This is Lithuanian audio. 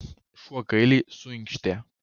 šuo gailiai suinkštė